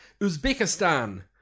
Uzbekistan